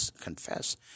Confess